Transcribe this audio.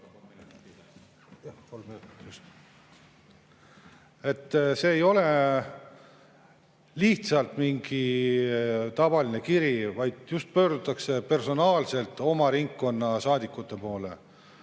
See ei ole lihtsalt mingi tavaline kiri, vaid pöördutakse personaalselt just oma ringkonna saadikute poole.